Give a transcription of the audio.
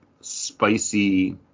spicy